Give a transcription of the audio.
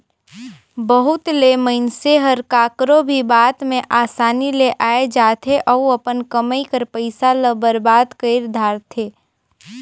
बहुत ले मइनसे हर काकरो भी बात में असानी ले आए जाथे अउ अपन कमई कर पइसा ल बरबाद कइर धारथे